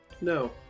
No